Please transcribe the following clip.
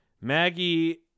Maggie